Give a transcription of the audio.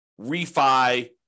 refi